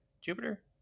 Jupiter